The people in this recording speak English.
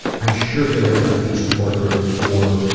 i'm sure there have got to be support groups for,